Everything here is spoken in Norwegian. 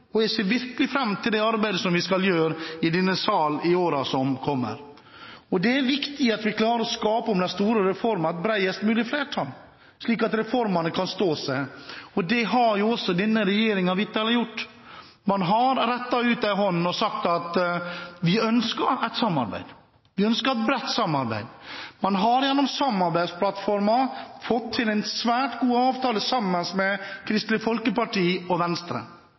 og jeg ser virkelig fram til det arbeidet som vi skal gjøre i denne sal i årene som kommer. Det er viktig at vi klarer å skape et bredest mulig flertall om de store reformene, slik at reformene kan stå seg. Det har jo også denne regjeringen vitterlig gjort. Man har rekt ut en hånd og sagt at vi ønsker et samarbeid – vi ønsker et bredt samarbeid. Man har gjennom samarbeidsplattformen fått til en svært god avtale sammen med Kristelig Folkeparti og Venstre,